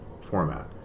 format